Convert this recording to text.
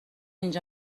اینجا